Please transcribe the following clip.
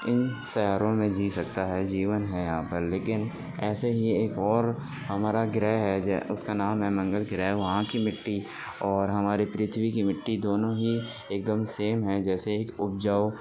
ان سیاروں میں جی سکتا ہے جیون ہے یہاں پر لیکن ایسے ہی ایک اور ہمارا گرہ ہے اس کا نام منگل گرہ وہاں کی مٹی اور ہماری پرتھوی کی مٹی دونوں ہی ایک دم سیم ہیں جیسے اپجاؤ